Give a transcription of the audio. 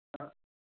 ꯑꯥ